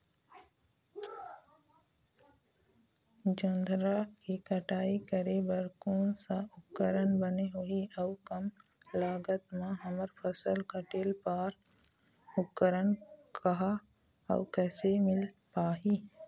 जोंधरा के कटाई करें बर कोन सा उपकरण बने होही अऊ कम लागत मा हमर फसल कटेल बार उपकरण कहा अउ कैसे मील पाही?